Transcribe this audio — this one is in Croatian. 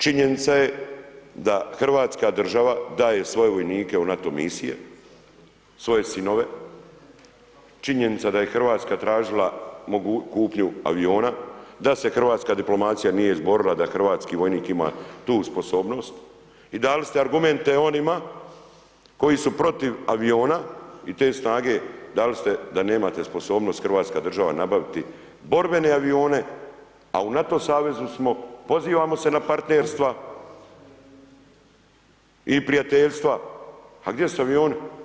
Činjenica je da Hrvatska država daje svoje vojnike u NATO misije, svoje sinove, činjenica je da je RH tražila kupnju aviona, da se hrvatska diplomacija nije izborila da hrvatski vojnik ima tu sposobnost i dali ste argumente onima koji su protiv aviona i te snage, dali ste da nemate sposobnost Hrvatska država nabaviti borbene avione, a u NATO savezu smo, pozivamo se na partnerstva i prijateljstva, a gdje su avioni?